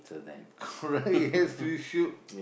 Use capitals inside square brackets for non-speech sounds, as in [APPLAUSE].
[BREATH] correct yes you should [LAUGHS]